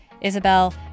Isabel